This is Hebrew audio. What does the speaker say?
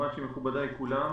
מכובדי כולם.